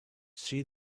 see